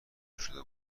شده